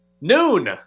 Noon